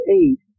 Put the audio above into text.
eight